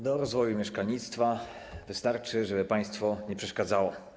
Do rozwoju mieszkalnictwa wystarczy, żeby państwo nie przeszkadzało.